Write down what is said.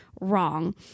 wrong